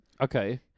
Okay